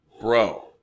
Bro